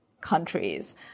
countries